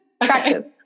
Practice